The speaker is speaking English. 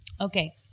okay